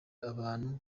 abantu